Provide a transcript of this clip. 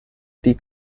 die